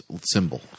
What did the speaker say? symbol